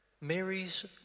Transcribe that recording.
Mary's